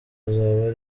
azaba